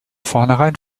vornherein